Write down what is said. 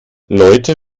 leute